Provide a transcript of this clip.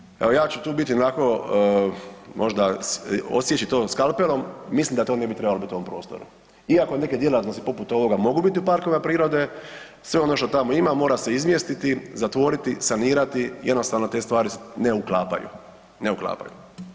Ja mislim, evo ja ću tu biti ionako, odsjeći to skalpelom, mislim da to ne bi trebalo u ovom prostoru iako neke djelatnosti poput ovoga mogu biti u parkovima prirode, sve ono što tamo ima, mora se izmjestiti, zatvoriti, sanirati, jednostavno te stvari se ne uklapaju.